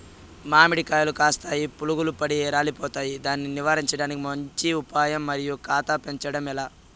మామిడి కాయలు కాస్తాయి పులుగులు పడి రాలిపోతాయి దాన్ని నివారించడానికి మంచి ఉపాయం మరియు కాత పెంచడము ఏలా?